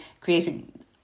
creating